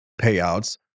payouts